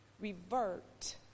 revert